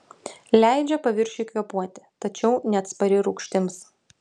leidžia paviršiui kvėpuoti tačiau neatspari rūgštims